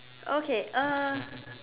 okay uh